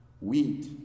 wheat